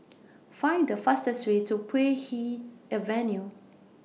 Find The fastest Way to Puay Hee Avenue